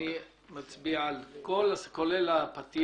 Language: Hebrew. אני מצביע על 1 ו-2, כולל הפתיח.